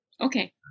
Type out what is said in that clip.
Okay